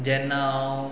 जेन्ना हांव